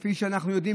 כפי שאנחנו יודעים,